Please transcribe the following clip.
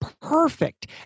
perfect